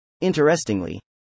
Interestingly